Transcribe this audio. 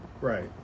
Right